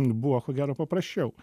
buvo ko gero paprasčiau